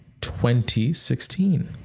2016